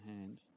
hand